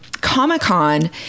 Comic-Con